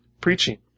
preaching